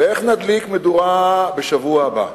ואיך נדליק מדורה בשבוע הבא?